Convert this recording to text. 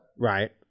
Right